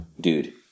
dude